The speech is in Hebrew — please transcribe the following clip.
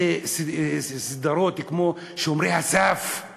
זה סדרות כמו "שומרי הסף";